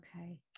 Okay